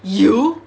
you